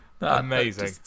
amazing